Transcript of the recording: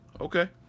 Okay